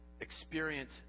experience